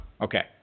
Okay